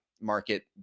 market